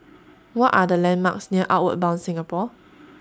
What Are The landmarks near Outward Bound Singapore